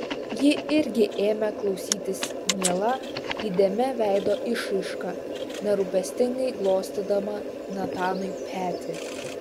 ji irgi ėmė klausytis miela įdėmia veido išraiška nerūpestingai glostydama natanui petį